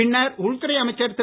பின்னர் உள்துறை அமைச்சர் திரு